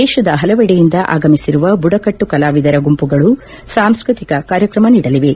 ದೇಶದ ಹಲವೆಡೆಯಿಂದ ಆಗಮಿಸಿರುವ ಬುಡಕಟ್ಟು ಕಲಾವಿದರ ಗುಂಪುಗಳು ಸಾಂಸ್ಟತಿಕ ಕಾರ್ಯಕ್ರಮ ನೀಡಲಿವೆ